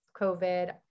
COVID